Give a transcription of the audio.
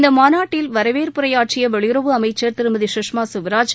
இந்த மாநாட்டில் வரவேற்புரையாற்றிய வெளியுறவு அமைச்சர் திருமதி கஷ்மா ஸ்வராஜ்